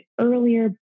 earlier